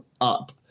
up